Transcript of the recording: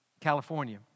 California